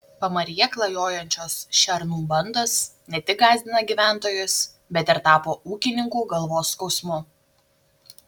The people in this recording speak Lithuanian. pamaryje klajojančios šernų bandos ne tik gąsdina gyventojus bet ir tapo ūkininkų galvos skausmu